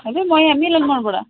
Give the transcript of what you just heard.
हजुर म यहाँ मिलन मोडबाट